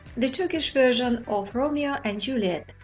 the turkish version of romeo and juliet.